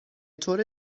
طور